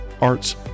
arts